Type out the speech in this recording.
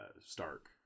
Stark